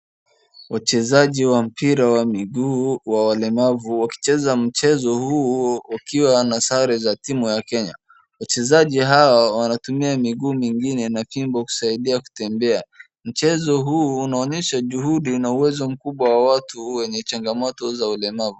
Wachezaji wa mpira wa miguu wa walemavu wakicheza mchezo huu ukiwa na sare za timu ya Kenya. Wachezaji hawa wanatumia miguu mingine na fimbo kusaidia kutembea. Mchezo huu unaonyesha juhudi na uwezo mkubwa wa watu wenye changamoto za ulemavu.